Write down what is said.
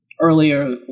earlier